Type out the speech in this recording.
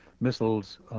missiles